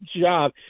job